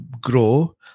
grow